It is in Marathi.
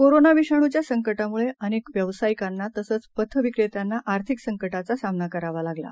कोरोनाविषाणूच्यासंकटामुळेअनेकव्यावसायिकांनातसंचपथविक्रेत्यांनाआर्थिकसंकटाचासामनाकरावालागला